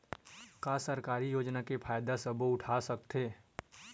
का सरकारी योजना के फ़ायदा सबो उठा सकथे?